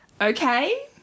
Okay